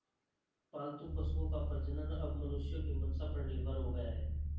पालतू पशुओं का प्रजनन अब मनुष्यों की मंसा पर निर्भर हो गया है